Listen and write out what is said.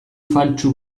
faltsu